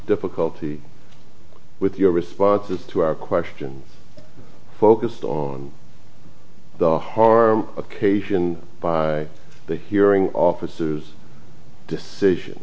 difficulty with your responses to our questions focused on the harm occasion by the hearing officers decision